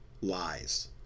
lies